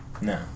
No